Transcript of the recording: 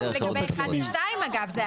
לגבי 1 ו-2, אגב.